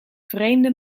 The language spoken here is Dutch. vreemde